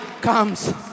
comes